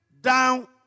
down